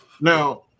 Now